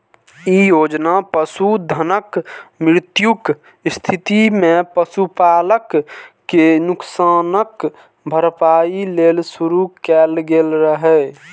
ई योजना पशुधनक मृत्युक स्थिति मे पशुपालक कें नुकसानक भरपाइ लेल शुरू कैल गेल रहै